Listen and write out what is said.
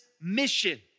mission